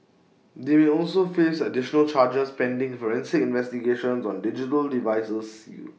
they may also face additional charges pending forensic investigations on digital devices sealed